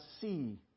see